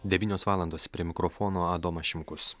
devynios valandos prie mikrofono adomas šimkus